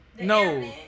No